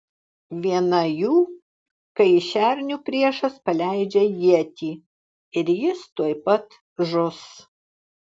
viena jų kai į šernių priešas paleidžia ietį ir jis tuoj pat žus